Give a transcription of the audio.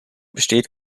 besteht